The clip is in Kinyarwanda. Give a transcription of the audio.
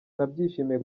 nabyishimiye